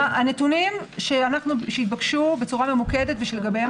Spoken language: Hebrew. הנתונים שהתבקשו בצורה ממוקדת ועליהם